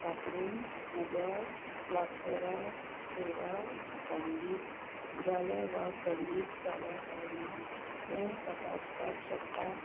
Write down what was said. वापरून म्हज्या लागसरार सेवा खंडीत जाल्या वा खंडीत जाल्या काय ना तें तपासपाक शकता